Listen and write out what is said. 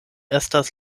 estas